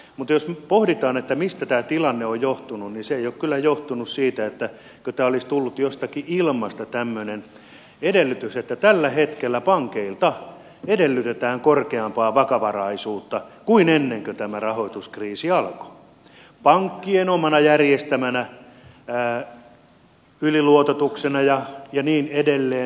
mutta jos pohditaan mistä tämä tilanne on johtunut niin se ei ole kyllä johtunut siitä että olisi tullut jostakin ilmasta tämmöinen edellytys että tällä hetkellä pankeilta edellytetään korkeampaa vakavaraisuutta kuin ennen kuin tämä rahoituskriisi alkoi pankkien omana järjestämänä yliluototuksena ja niin edelleen